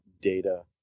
data